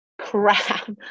crap